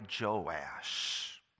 Joash